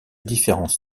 différents